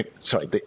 sorry